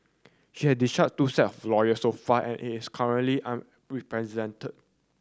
she has discharged two set of lawyer so far and is currently unrepresented